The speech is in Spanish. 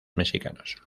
mexicanos